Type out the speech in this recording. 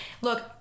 look